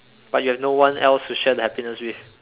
but you have no one else to share the happiness with